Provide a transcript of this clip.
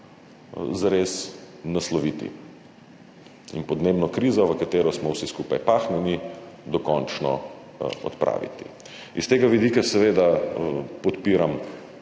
zares nasloviti in podnebno krizo, v katero smo vsi skupaj pahnjeni, dokončno odpraviti. S tega vidika seveda podpiram